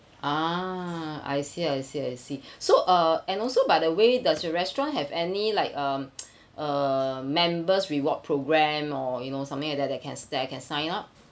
ah I see I see I see so uh and also by the way does your restaurant have any like um uh members reward program or you know something like that that I can that I can sign up